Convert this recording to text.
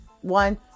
one